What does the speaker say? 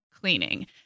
cleaning